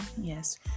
Yes